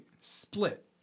split